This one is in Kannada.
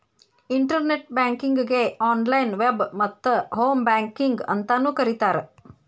ಇಂಟರ್ನೆಟ್ ಬ್ಯಾಂಕಿಂಗಗೆ ಆನ್ಲೈನ್ ವೆಬ್ ಮತ್ತ ಹೋಂ ಬ್ಯಾಂಕಿಂಗ್ ಅಂತಾನೂ ಕರಿತಾರ